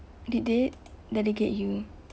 did they delegate you